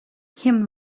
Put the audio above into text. him